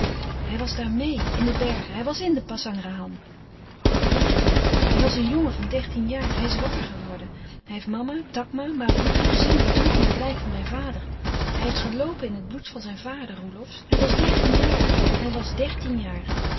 hij was daar meê in de bergen hij was in de pasangrahan harold hij was een jongen van dertien jaar hij is wakker geworden hij heeft mama takma ma boeten gezien die droegen het lijk van mijn vader hij heeft geloopen in het bloed van zijn vader roelofsz hij was dertien jaar hij was dertien jaar